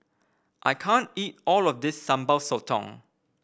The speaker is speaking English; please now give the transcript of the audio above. I can't eat all of this Sambal Sotong